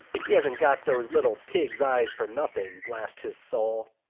he hasn't got those little pigs' eyes for nothing. blast his soul!